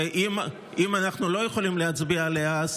ואם אנחנו לא יכולים להצביע עליה,